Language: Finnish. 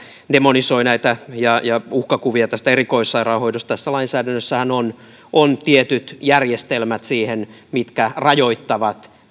demonisoi ja toi esille uhkakuvia erikoissairaanhoidosta tässä lainsäädännössähän on on tietyt järjestelmät jotka rajoittavat